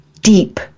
deep